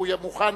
הוא יהיה מוכן